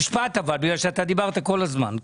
משפט בגלל שדיברת כל הזמן.